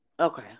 Okay